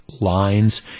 lines